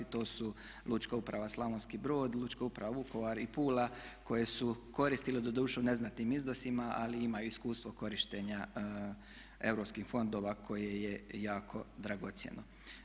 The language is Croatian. To su Lučka uprava Slavonski Brod, Lučka uprava Vukovar i Pula koje su koristile doduše u neznatnim iznosima ali imaju iskustvo korištenja europskih fondova koje je jako dragocjeno.